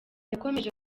yakomeje